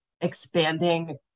expanding